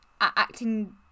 acting